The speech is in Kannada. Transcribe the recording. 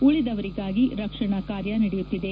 ಉಳಿದವರಿಗಾಗಿ ರಕ್ಷಣಾ ಕಾರ್ಯ ನಡೆಯುತ್ತಿದೆ